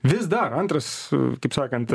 vis dar antras kaip sakant